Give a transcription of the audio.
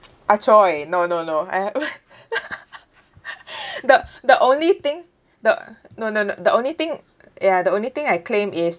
ah choy no no no I have the the only thing the no no no and the only thing ya the only thing I claim is